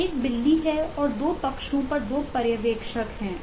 तो एक बिल्ली है और 2 पक्षों पर 2 पर्यवेक्षक हैं